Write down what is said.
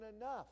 enough